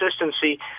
consistency